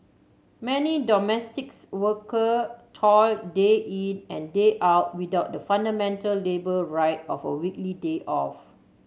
many domestics worker toil day in and day out without the fundamental labour right of a weekly day off